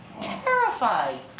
terrified